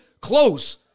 close